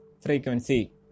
frequency